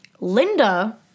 Linda